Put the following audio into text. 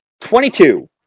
Twenty-two